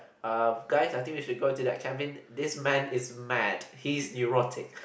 uh guy I think we should go to the cabin this man is mad he is heretic